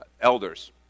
elders